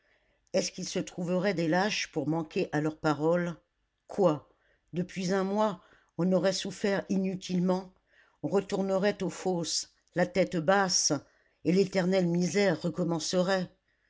est-ce qu'il se trouverait des lâches pour manquer à leur parole quoi depuis un mois on aurait souffert inutilement on retournerait aux fosses la tête basse et l'éternelle misère recommencerait